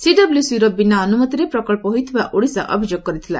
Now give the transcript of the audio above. ସିଡବ୍କ୍ୟସିର ବିନା ଅନୁମତିରେ ପ୍ରକଳ୍ଚ ହୋଇଥିବା ଓଡ଼ିଶା ଅଭିଯୋଗ କରିଥିଲା